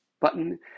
button